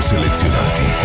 Selezionati